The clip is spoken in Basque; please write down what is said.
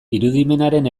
irudimenaren